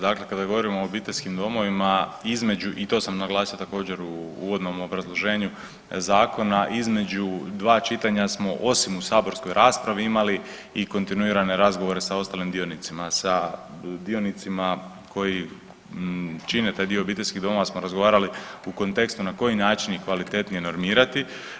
Dakle kada govorimo o obiteljskim domovima, između i to sam naglasio također, u uvodnom obrazloženju zakona, između dva čitanja smo, osim u saborskoj raspravi imali i kontinuirane razgovore sa ostalim dionicima, sa dionicima koji čine taj dio obiteljskih domova smo razgovarali u kontekstu na koji način ih kvalitetnije normirati.